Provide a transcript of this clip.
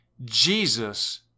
Jesus